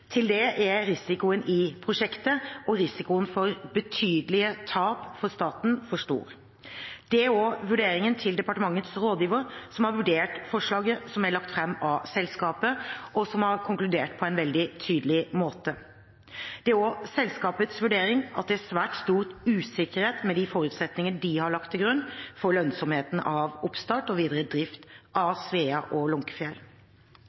Til det er risikoen i prosjektet og risikoen for betydelige tap for staten for stor. Det er også vurderingen til departementets rådgiver, som har vurdert forslaget som er lagt fram av selskapet, og som har konkludert på en veldig tydelig måte. Det er også selskapets vurdering at det er svært stor usikkerhet omkring de forutsetninger de har lagt til grunn for lønnsomheten av oppstart og videre drift av Svea og Lunckefjell.